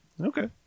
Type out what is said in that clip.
Okay